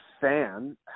fan